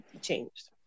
changed